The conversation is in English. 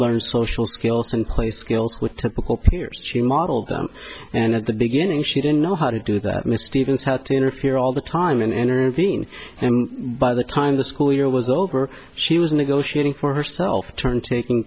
learn social skills and play skills with typical peers to model them and at the beginning she didn't know how to do that misty vince had to interfere all the time and energy and by the time the school year was over she was negotiating for herself to turn taking